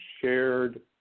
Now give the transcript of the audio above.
shared